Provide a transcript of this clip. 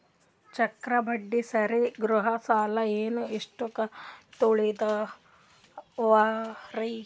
ಚಕ್ರ ಬಡ್ಡಿ ಸೇರಿ ಗೃಹ ಸಾಲ ಇನ್ನು ಎಷ್ಟ ಕಂತ ಉಳಿದಾವರಿ?